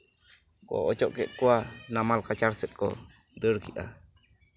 ᱠᱚ ᱚᱪᱚᱜ ᱠᱮᱫ ᱠᱚᱣᱟ ᱱᱟᱢᱟᱞ ᱠᱟᱪᱷᱟᱲ ᱥᱮᱡ ᱠᱚ ᱫᱟᱹᱲ ᱠᱮᱜᱼᱟ